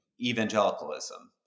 evangelicalism